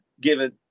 given